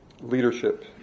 leadership